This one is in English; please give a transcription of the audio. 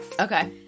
okay